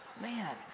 Man